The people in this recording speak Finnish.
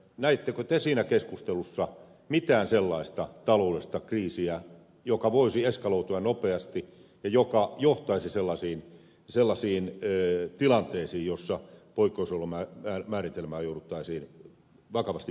näittekö te siinä keskustelussa mitään sellaista taloudellista kriisiä joka voisi eskaloitua nopeasti ja joka johtaisi sellaisiin tilanteisiin joissa poikkeusolojen määritelmää jouduttaisiin vakavasti pohtimaan